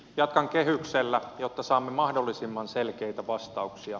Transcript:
jatkan kehyksellä jotta saamme mahdollisimman selkeitä vastauksia